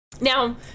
now